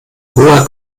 hoher